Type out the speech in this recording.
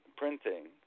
Printing